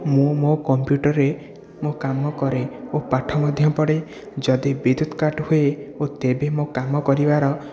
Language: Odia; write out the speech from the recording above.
ମୁଁ ମୋ କମ୍ପ୍ୟୁଟରରେ ମୋ କାମ କରେ ଓ ପାଠ ମଧ୍ୟ ପଢ଼େ ଯଦି ବିଦ୍ୟୁତ କାଟ ହୁଏ ଓ ତେବେ ମୋ କାମ କରିବାର